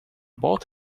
bought